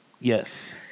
Yes